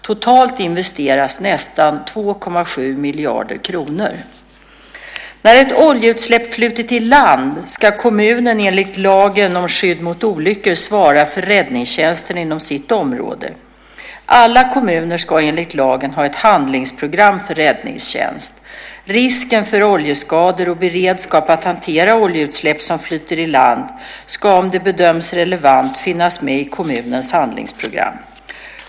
Totalt investeras nästan 2,7 miljarder kronor. När ett oljeutsläpp flutit i land ska kommunen, enligt lagen om skydd mot olyckor, svara för räddningstjänsten inom sitt område. Alla kommuner ska enligt lagen ha ett handlingsprogram för räddningstjänst. Risken för oljeskador och beredskap att hantera oljeutsläpp som flyter i land ska, om det bedöms relevant, finnas med i kommunens handlingsprogram.